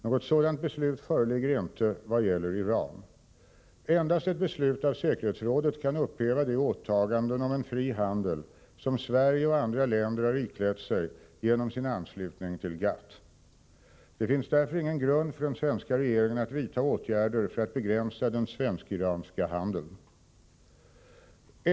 Något sådant beslut föreligger inte i vad gäller Iran. Endast ett beslut av säkerhetsrådet kan upphäva de åtaganden om en fri handel som Sverige och andra länder har iklätt sig genom sin anslutning till GATT. Det finns därför ingen grund för den svenska regeringen att vidta åtgärder för att begränsa den svensk-iranska handeln.